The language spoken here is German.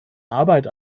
arbeit